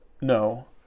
No